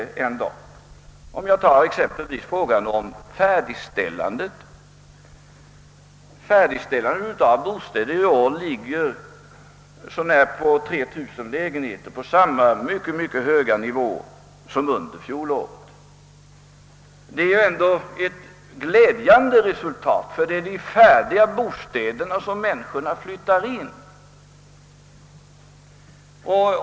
Som exempel kan jag nämna frågan om färdigställandet av bostäder. Antalet i år färdigställda bostäder ligger i stort sett på samma mycket höga nivå som under fjolåret. Det är ju ändå ett glädjande resultat — det är ju i de färdiga bostäderna människorna flyttar in.